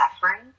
suffering